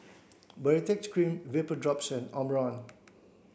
Baritex cream Vapodrops and Omron